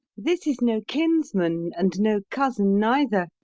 this is no kinsman and no cousin neither.